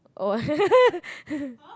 oh